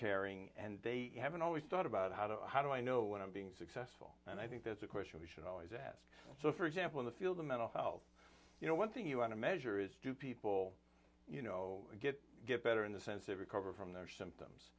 caring and they haven't always thought about how to how do i know when i'm being successful and i think that's a question we should always ask so for example in the field of mental health you know one thing you want to measure is do people you know get get better in the sense they recover from their s